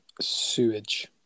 sewage